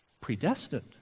predestined